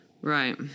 Right